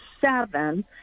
seven